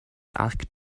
asked